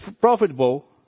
profitable